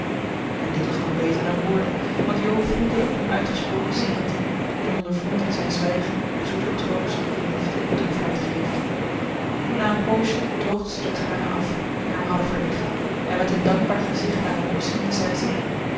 en dit was nog beter dan woorden want jo voelde de onuitgesproken sympathie en ondervond in zijn zwijgen den zoeten troost dien liefde in droefheid geeft na een poosje droogde ze de tranen af die haar hadden verlicht en met een dankbaar gezicht naar hem opziende zei ze